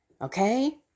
okay